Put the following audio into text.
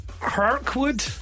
Kirkwood